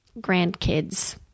grandkids